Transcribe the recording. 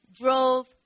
drove